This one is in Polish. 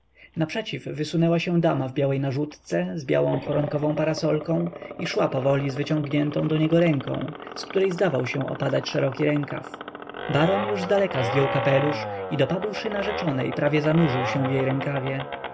naprzeciw wysunęła się dama w białej narzutce z białą koronkową parasolką i szła powoli z wyciągniętą do niego ręką z której zdawał się opadać szeroki rękaw baron już zdaleka zdjął kapelusz i dopadłszy narzeczonej prawie zanurzył się w jej rękawie